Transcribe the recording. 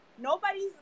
Nobody's